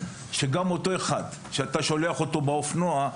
שגם אותו אחד שאתה שולח באופנוע,